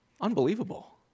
Unbelievable